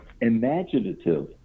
imaginative